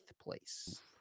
place